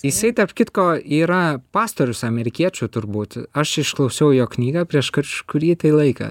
jisai tarp kitko yra pastorius amerikiečių turbūt aš išklausiau jo knygą prieš kažkurį laiką